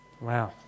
Wow